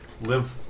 live